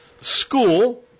school